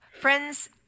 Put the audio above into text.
friends